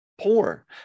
poor